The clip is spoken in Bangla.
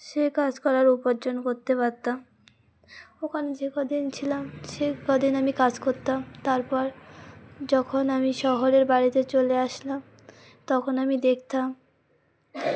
সে কাজ করার উপার্জন করতে পারতাম ওখানে যে কদিন ছিলাম সে কদিন আমি কাজ করতাম তারপর যখন আমি শহরের বাড়িতে চলে আসলাম তখন আমি দেখতাম